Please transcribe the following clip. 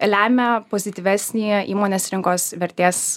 lemia pozityvesnį įmonės rinkos vertės